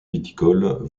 viticoles